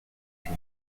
team